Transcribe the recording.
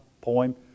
poem